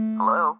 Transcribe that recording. Hello